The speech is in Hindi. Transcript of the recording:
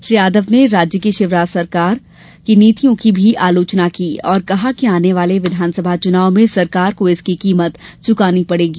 श्री यादव ने राज्य की शिवराज सिंह चौहान सरकार की नीतियों की भी आलोचना की और कहा कि आने वाले विधानसभा चुनाव में सरकार को इसकी कीमत चुकाना पड़ेगी